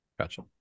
gotcha